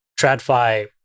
TradFi